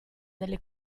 delle